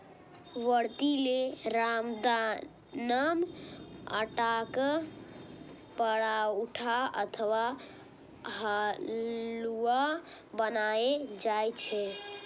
व्रती लेल रामदानाक आटाक पराठा अथवा हलुआ बनाएल जाइ छै